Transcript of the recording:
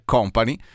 Company